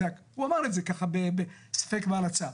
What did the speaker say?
הוא אמר את זה ככה בספק בהלצה.